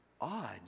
odd